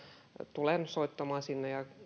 tulen soittamaan sinne ja